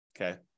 okay